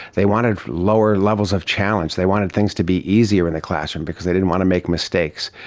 they wanted lower levels of challenge, they wanted things to be easier in the classroom because they didn't want to make mistakes,